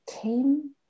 came